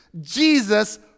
Jesus